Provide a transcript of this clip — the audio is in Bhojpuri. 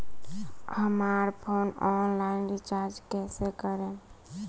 हमार फोन ऑनलाइन रीचार्ज कईसे करेम?